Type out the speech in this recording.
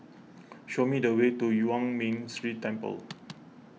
show me the way to Yuan Ming Si Temple